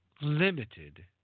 limited